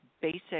basic